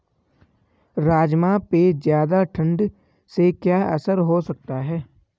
राजमा पे ज़्यादा ठण्ड से क्या असर हो सकता है?